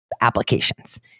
Applications